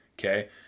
Okay